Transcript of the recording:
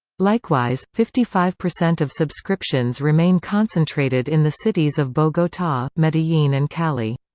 likewise, fifty five percent of subscriptions remain concentrated in the cities of bogota, medellin and cali.